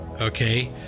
Okay